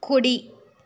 కుడి